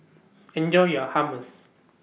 Enjoy your Hummus